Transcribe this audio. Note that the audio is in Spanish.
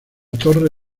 torre